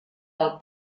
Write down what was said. del